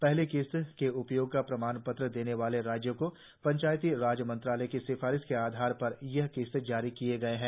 पहली किस्त के उपयोग का प्रमाण पत्र देने वाले राज्यों को पंचायती राज मंत्रालय की सिफारिशों के आधार पर ये किस्त जारी की गई है